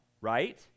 right